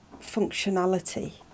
functionality